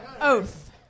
Oath